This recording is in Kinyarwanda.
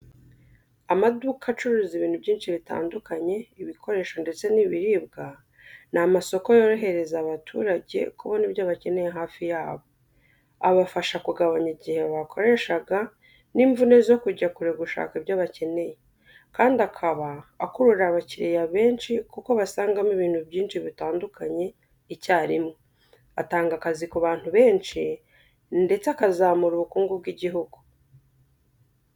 Amaduka acuruza ibintu byinshi bitandukanye, ibikoresho ndetse n’ibiribwa ni amasoko yorohereza abaturage kubona ibyo bakeneye hafi yabo. Abafasha kugabanya igihe bakoreshaga, n’imvune zo kujya kure gushaka ibyo bakeneye, kandi akaba akurura abakiriya benshi kuko basangamo ibintu byinshi bitandukanye icyarimwe. Atanga akazi ku bantu benshi ndetse akazamura ubukungu bw’igihugu.